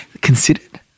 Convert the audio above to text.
considered